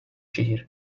şehir